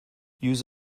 use